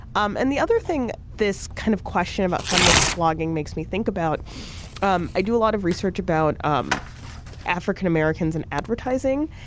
um and the other thing this kind of question about feminist blogging makes me think about um i do a lot of research about um african-americans in advertising.